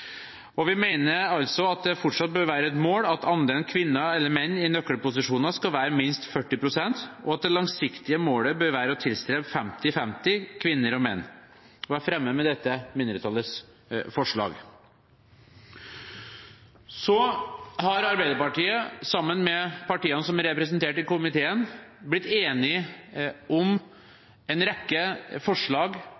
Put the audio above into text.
Og vi mener altså at det fortsatt bør være et mål at andelen kvinner eller menn i nøkkelposisjoner skal være minst 40 pst., og at det langsiktige målet bør være å tilstrebe 50–50 kvinner og menn, og jeg fremmer med dette mindretallets – Arbeiderpartiet og Kristelig Folkepartis – forslag. Så har Arbeiderpartiet og de partiene som er representert i komiteen, blitt enige om en rekke forslag